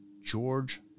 George